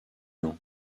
ans